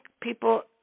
people